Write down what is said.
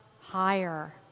higher